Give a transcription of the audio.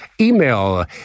Email